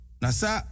nasa